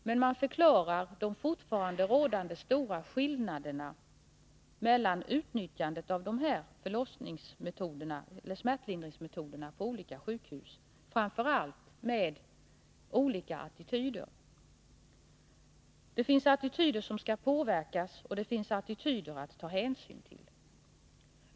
Men man förklarar de fortfarande rådande stora skillnaderna mellan utnyttjandet av de här smärtlindringsmetoderna på olika sjukhus framför allt med olika attityder. Det finns attityder som skall påverkas, och det finns attityder att ta hänsyn till.